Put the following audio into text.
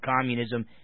communism